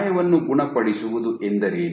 ಗಾಯವನ್ನು ಗುಣಪಡಿಸುವುದು ಎಂದರೇನು